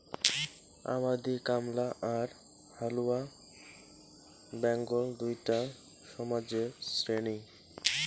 আবাদি কামলা আর হালুয়া ব্যাগল দুইটা সমাজের শ্রেণী